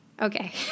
Okay